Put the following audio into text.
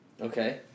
Okay